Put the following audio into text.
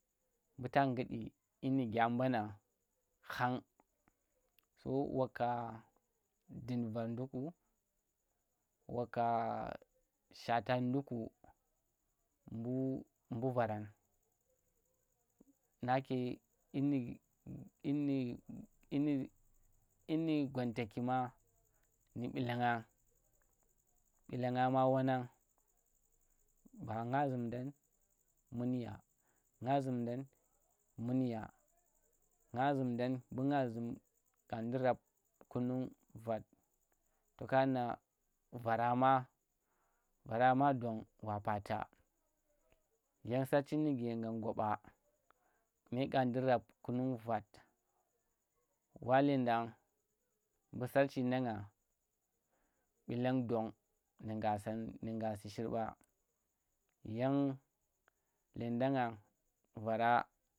Mbuta ngudi dyi nu kya mbanna khang so waka dum ver nduk waka shata nduku, mbu varan nake dyi nu dyi nu dyi nu gwanta ki ma nu ɓilanga, ɓilanga ma wenang ba nga zum dan munya nga zumdam menya nga zundan mbu nga zum kanɗi rap kunung vat toka na varama, varama dong wa pata, yang sarci nuge nang gwa ɓa me kanɓi rap kunung vat wa ledang mbu sarci nangang ɓilang don nu ngasu nu ngasu shirɓa yang lendanga vara